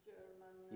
German